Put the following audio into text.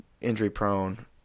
injury-prone